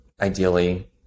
ideally